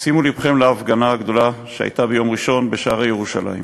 שימו לבכם להפגנה הגדולה שהייתה ביום ראשון בשערי ירושלים.